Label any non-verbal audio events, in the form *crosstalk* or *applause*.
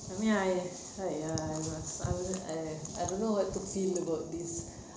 I mean I !haiya! *noise* I don't know what to feel about this